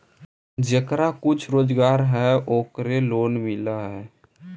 जेकरा कुछ रोजगार है ओकरे लोन मिल है?